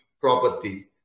property